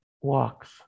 walks